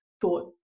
thought